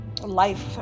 life